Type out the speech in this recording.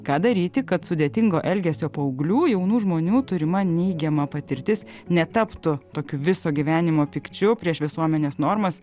ką daryti kad sudėtingo elgesio paauglių jaunų žmonių turima neigiama patirtis netaptų tokiu viso gyvenimo pykčiu prieš visuomenės normas